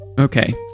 Okay